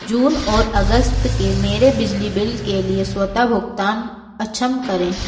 जून और अगस्त के मेरे बिजली बिल के लिए स्वतः भुगतान सक्षम करें